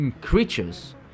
creatures